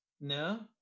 No